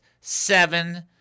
seven